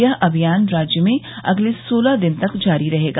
यह अभियान राज्य में अगले सोलह दिन तक जारी रहेगा